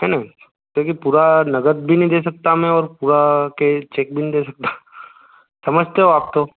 है ना क्योंकि पूरा नगद भी नहीं दे सकता मैं और पूरा के चेक भी नहीं दे सकता समझते हो आप तो